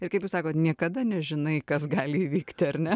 ir kaip sako niekada nežinai kas gali įvykti ar ne